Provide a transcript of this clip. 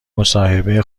مصاحبه